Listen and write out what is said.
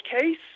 case